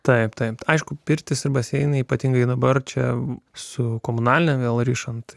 taip taip aišku pirtis ir baseinai ypatingai dabar čia su komunaline vėl rišant